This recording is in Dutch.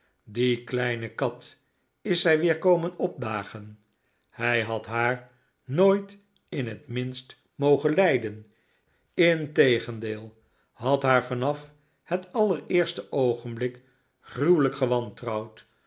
die kleine kat is zij weer komen opdagen hij had haar nooit in het minst mogen lijden integendeel had haar vanaf het allereerste oogenblik gruwelijk